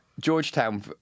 Georgetown